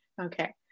Okay